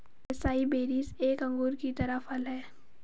acai berries एक अंगूर की तरह फल हैं